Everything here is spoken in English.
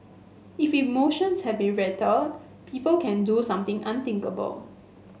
if emotions have been rattled people can do something unthinkable